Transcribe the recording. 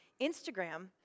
Instagram